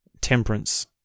temperance